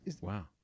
wow